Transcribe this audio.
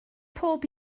pob